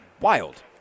wild